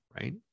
right